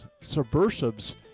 subversives